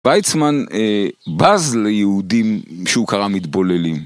ויצמן בז ליהודים שהוא קרא מתבוללים